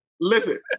Listen